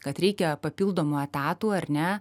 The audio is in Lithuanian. kad reikia papildomų etatų ar ne